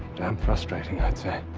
damn frustrating, i'd say.